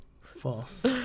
False